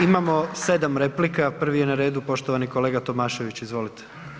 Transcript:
Imamo 7 replika, prvi je na redu poštovani kolega Tomašević, izvolite.